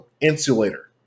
insulator